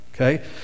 Okay